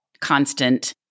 constant